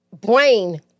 brain